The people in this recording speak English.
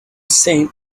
same